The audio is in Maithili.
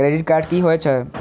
क्रेडिट कार्ड की होय छै?